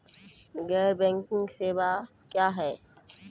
गैर बैंकिंग सेवा क्या हैं?